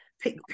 Pick